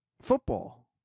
football